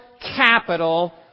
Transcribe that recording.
capital